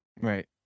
Right